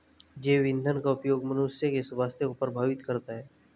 जैव ईंधन का उपयोग मनुष्य के स्वास्थ्य को प्रभावित करता है